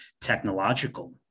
technological